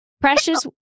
Precious